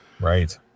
Right